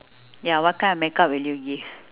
ya kind of makeup would you give